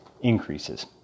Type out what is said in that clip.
increases